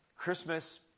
Christmas